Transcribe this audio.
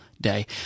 day